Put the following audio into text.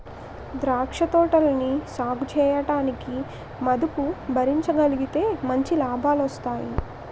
ద్రాక్ష తోటలని సాగుచేయడానికి మదుపు భరించగలిగితే మంచి లాభాలొస్తాయి